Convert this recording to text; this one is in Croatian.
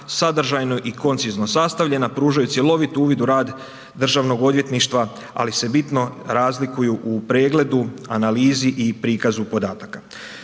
sadržajno i koncizno sastavljena, pružaju cjelovit uvid u rad državnog odvjetništva, ali se bitno razlikuju u pregledu, analizi i prikazu podataka.